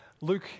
Luke